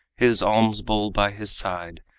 his alms-bowl by his side,